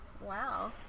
Wow